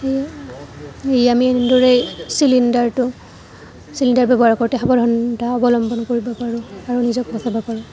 সেয়ে এই আমি এনেদৰেই চিলিণ্ডাৰটো চিলিণ্ডাৰ ব্যৱহাৰ কৰোঁতে সাৱধানতা অৱলম্বন কৰিব পাৰোঁ আৰু নিজক বচাব পাৰোঁ